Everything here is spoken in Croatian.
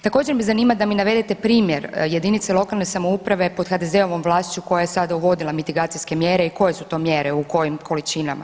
Također me zanima da mi navedete primjer jedinice lokalne samouprave pod HDZ-ovom vlašću koja je sada uvodila migracijske mjere i koje su to mjere u kojim količinama?